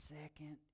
second